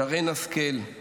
שרן השכל,